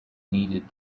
needed